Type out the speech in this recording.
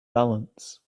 balance